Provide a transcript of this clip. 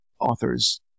authors